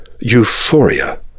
euphoria